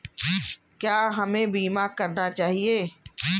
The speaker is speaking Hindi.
क्या हमें बीमा करना चाहिए?